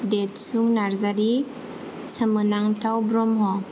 देतसुं नार्जारी सोमोनांथाव ब्रह्म